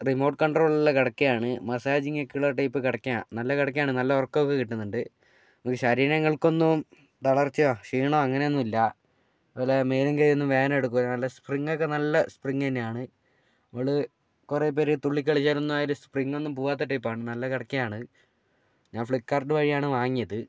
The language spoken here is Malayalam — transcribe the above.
റിമോട്ട് കൺട്രോളുള്ള കിടക്കയാണ് മസാജിങ്ങൊക്കെ ഉള്ള ടൈപ്പ് കിടക്കയാണ് നല്ല കിടക്കയാണ് നല്ല ഉറക്കമൊക്കെ കിട്ടുന്നുണ്ട് നമുക്ക് ശരീരങ്ങൾക്കൊന്നും തളർച്ചയോ ക്ഷീണമോ അങ്ങനെയൊന്നുമില്ല അതുപോലെ മേലും കയ്യൊന്നും വേദന എടുക്കില്ല നല്ല സ്പ്രിംഗൊക്കെ നല്ല സ്പ്രിംഗ് തന്നെയാണ് നമ്മൾ കുറേ പേർ തുള്ളിക്കളിക്കാനൊന്നായാലും സ്പ്രിംഗൊന്നും പോവാത്ത ടൈപ്പാണ് നല്ല കിടക്കയാണ് ഞാൻ ഫ്ലിപ്പ്കാർട്ട് വഴിയാണ് വാങ്ങിയത്